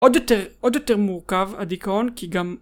עוד יותר מורכב הדיכאון כי גם